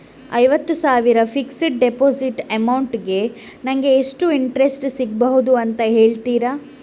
ಐವತ್ತು ಸಾವಿರ fixed deposit amount ಗೆ ನಂಗೆ ಎಷ್ಟು ಇಂಟ್ರೆಸ್ಟ್ ಸಿಗ್ಬಹುದು ಅಂತ ಹೇಳ್ತೀರಾ?